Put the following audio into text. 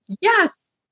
Yes